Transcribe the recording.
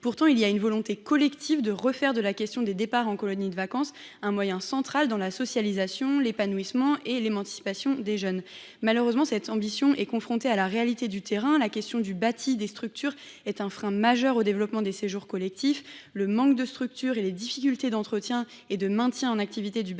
pourtant une volonté collective de refaire des séjours en colonies de vacances des outils majeurs de socialisation, d’épanouissement et d’émancipation des jeunes. Malheureusement, cette ambition se heurte à la réalité sur le terrain. La question du bâti des structures est un véritable frein au développement des séjours collectifs. Le manque de structures et les difficultés d’entretien et de maintien en activité du bâti existant